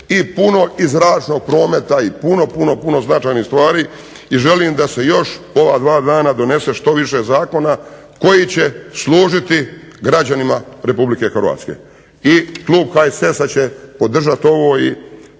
I puno i zračnog prometa i puno, puno, puno značajnih stvari. I želim da se još ova dva dana donese što više zakona koji će služiti građanima RH. I klub HSS-a će podržati ovo i